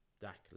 Dak